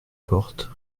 porte